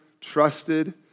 trusted